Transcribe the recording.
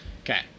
Okay